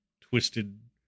twisted